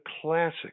classic